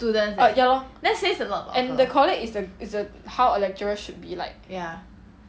err ya lor and the colleague is the is the how a lecturer should be like